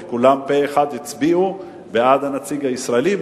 כולם פה-אחד הצביעו בעד הנציג הישראלי,